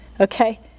Okay